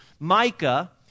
Micah